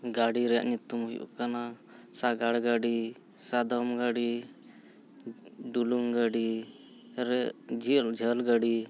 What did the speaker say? ᱜᱟᱹᱰᱤ ᱨᱮᱭᱟᱜ ᱧᱩᱛᱩᱢ ᱦᱩᱭᱩᱜ ᱠᱟᱱᱟ ᱥᱟᱜᱟᱲ ᱜᱟᱹᱰᱤ ᱥᱟᱫᱚᱢ ᱜᱟᱹᱰᱤ ᱰᱩᱞᱩᱝ ᱜᱟᱹᱰᱤ ᱡᱷᱟᱹᱞ ᱡᱷᱟᱹᱞ ᱜᱟᱹᱰᱤ